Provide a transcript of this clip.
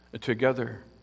together